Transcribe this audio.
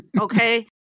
Okay